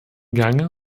gange